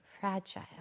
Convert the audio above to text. fragile